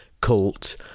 cult